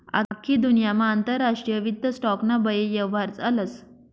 आख्खी दुन्यामा आंतरराष्ट्रीय वित्त स्टॉक ना बये यव्हार चालस